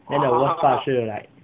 then moustache 是 like